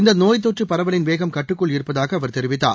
இந்த நோய் தொற்று பரவலின் வேகம் கட்டுக்குள் இருப்பதாக அவர் தெரிவித்தார்